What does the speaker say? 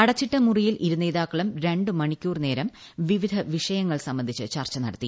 അടച്ചിട്ട മുറിയിൽ ഇരുനേതാക്കളും രണ്ടു മണിക്കൂർ നേരം വിവിധ വിഷയങ്ങൾ സംബന്ധിച്ച് ചർച്ച നടത്തി